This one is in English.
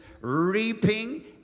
reaping